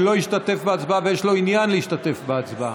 שלא השתתף בהצבעה ויש לו עניין להשתתף בהצבעה?